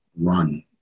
run